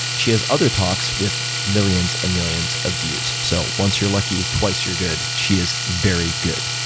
she has other talks with millions and millions of views. so once you're lucky twice you're good. she is very good.